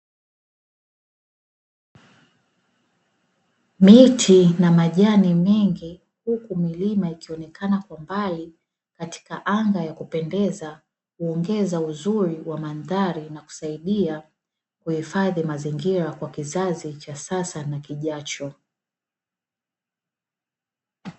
Miti na majani mengi huku milima ikionekana kwa mbali, katika anga ya kupendeza ikiongeza uzuri wa mandhari na kusaidia kuhifadhi mazingira kwa kikazi cha sasa na kijacho.